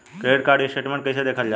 Credit card statement कइसे देखल जाला?